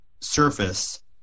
Surface